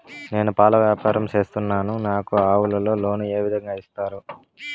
నేను పాల వ్యాపారం సేస్తున్నాను, నాకు ఆవులపై లోను ఏ విధంగా ఇస్తారు